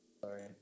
Sorry